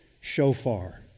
shofar